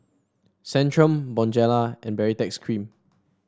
Centrum Bonjela and Baritex Cream